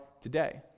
today